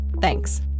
Thanks